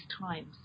times